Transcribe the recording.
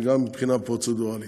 וגם מבחינה פרוצדורלית.